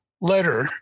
letter